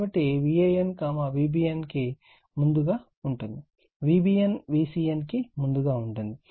కాబట్టి Van Vbn కి ముందుగా ఉంటుంది Vbn Vcn కి ముందుగా ఉంటుంది